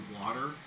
water